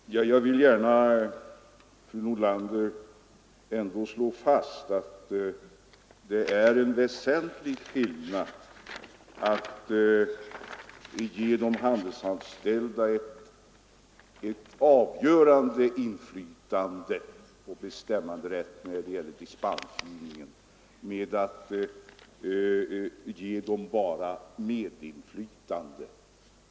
Fru talman! Jag vill gärna, fru Nordlander, ändå slå fast att det är en väsentlig skillnad mellan å ena sidan att ge de handelsanställda ett avgörande inflytande och bestämmanderätt när det gäller dispensgivningen och å andra sidan att bara ge dem medinflytande.